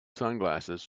sunglasses